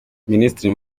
minisitiri